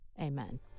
Amen